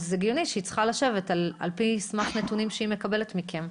זה הגיוני שהיא צריכה לשבת על סמך נתונים שהיא מקבלת מכם.